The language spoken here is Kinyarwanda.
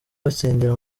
batsindira